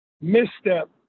misstep